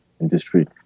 industry